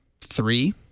three